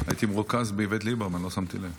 הייתי מרוכז באיווט ליברמן, לא שמתי לב.